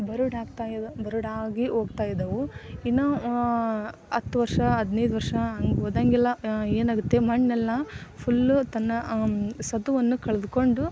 ಬರಡಾಗ್ತಾ ಇದು ಬರಡಾಗಿ ಹೋಗ್ತಾ ಇದ್ದಾವೆ ಇನ್ನು ಹತ್ತು ವರ್ಷ ಹದಿನೈದು ವರ್ಷ ಹಂಗ್ ಹೋದಂಗೆಲ್ಲ ಏನಾಗುತ್ತೆ ಮಣ್ಣೆಲ್ಲ ಫುಲ್ಲು ತನ್ನ ಸತ್ವವನ್ನು ಕಳೆದ್ಕೊಂಡು